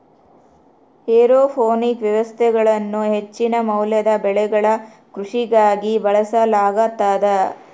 aeroponic ವ್ಯವಸ್ಥೆಗಳನ್ನು ಹೆಚ್ಚಿನ ಮೌಲ್ಯದ ಬೆಳೆಗಳ ಕೃಷಿಗಾಗಿ ಬಳಸಲಾಗುತದ